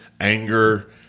anger